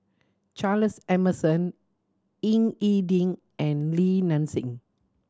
Charles Emmerson Ying E Ding and Li Nanxing